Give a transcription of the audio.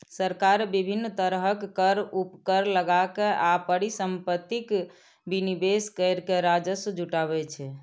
सरकार विभिन्न तरहक कर, उपकर लगाके आ परिसंपत्तिक विनिवेश कैर के राजस्व जुटाबै छै